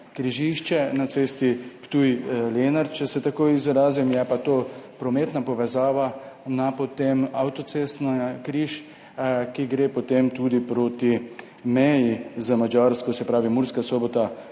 križišče na cesti Ptuj–Lenart, če se tako izrazim, je pa to prometna povezava na avtocestni križ, ki gre potem tudi proti meji z Madžarsko, se pravi Murska Sobota